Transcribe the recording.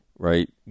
Right